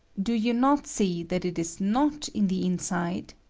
do you not see that it is not in the inside?